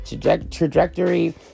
trajectory